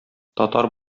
татар